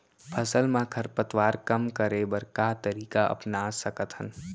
फसल मा खरपतवार कम करे बर का तरीका अपना सकत हन?